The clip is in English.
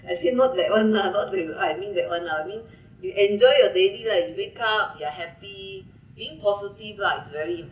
I say not that one lah not that I mean that one lah I mean you enjoy your daily lah you wake up you are happy being positive lah is very